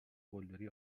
قلدری